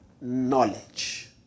knowledge